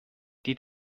die